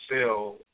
sell